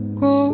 go